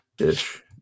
Ish